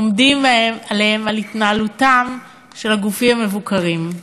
עומדים עליהם בהתנהלותם של הגופים המבוקרים.